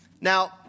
Now